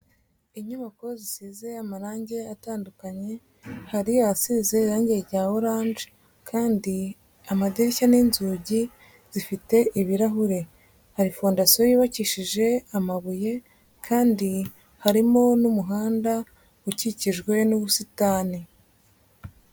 Inyubako zisize amarange atandukanye, hari ahasize irange rya oranje kandi amadirishya n'inzugi zifite ibirahure, hari fondasiyo yubakishije amabuye kandi harimo n'umuhanda ukikijwe n'ubusitani.